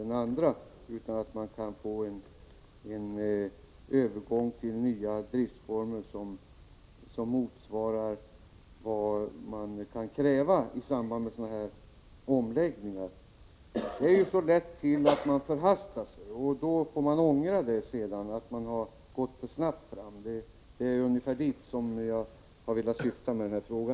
Det gäller att få en övergång till nya driftsformer som motsvarar vad man kan kräva i samband med en sådan här omläggning. Det är lätt att förhasta sig, och sedan får man ångra att man har gått för snabbt fram. Det är ungefär dit som jag har syftat med min fråga.